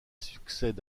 succède